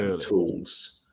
tools